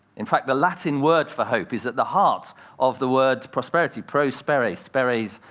in fact, the latin word for hope is at the heart of the word prosperity. pro-speras, speras,